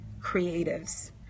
creatives